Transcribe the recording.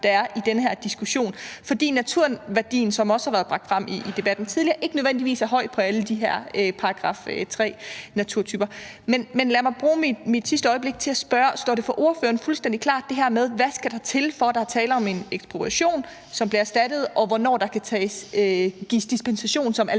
der er i den her diskussion. For naturværdien, som det også har været bragt frem i debatten tidligere, er ikke nødvendigvis høj på alle de her § 3-naturtyper. Men lad mig bruge den sidste del af min taletid til at spørge, om det for ordføreren står fuldstændig klart, hvad der skal til, for at der er tale om en ekspropriation, som bliver erstattet, og hvornår der kan gives dispensation som alternativ.